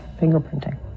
fingerprinting